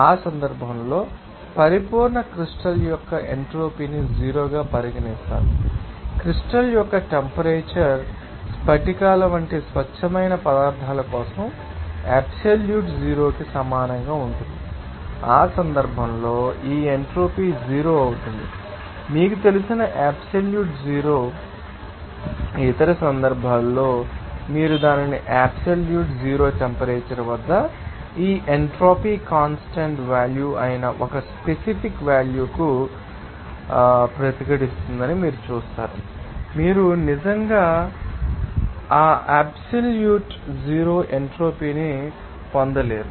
ఆ సందర్భంలో పరిపూర్ణ క్రిస్టల్ యొక్క ఎంట్రోపీని జీరో గా పరిగణిస్తారు మరియు క్రిస్టల్ యొక్క టెంపరేచర్ కొన్ని స్ఫటికాల వంటి స్వచ్ఛమైన పదార్ధాల కోసం అబ్సల్యూట్ జీరో కి సమానంగా ఉంటుంది ఆ సందర్భంలో ఈ ఎంట్రోపీ జీరో అవుతుంది మీకు తెలిసిన అబ్సల్యూట్ జీరో మీకు తెలుసు అయితే ఇతర సందర్భాల్లో మీరు దాని అబ్సల్యూట్ జీరో టెంపరేచర్ వద్ద ఈ ఎంట్రోపీ కాన్స్టాంట్ వాల్యూ అయిన ఒక స్పెసిఫిక్ వాల్యూ కు ప్రతిఘటిస్తుందని మీరు చూస్తారు మీరు నిజంగా ఆ అబ్సల్యూట్ జీరో ఎంట్రోపీని పొందలేరు